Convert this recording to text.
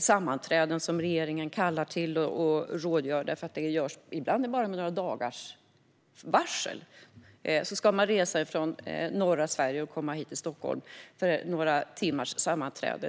sammanträden som regeringen kallar till, ibland med bara några dagars varsel. Man ska då resa från norra Sverige hit till Stockholm för några timmars sammanträde.